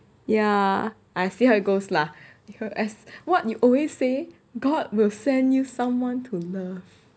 ya I see how it goes lah beca~ as what you always say god will send you someone to love